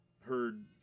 heard